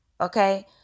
Okay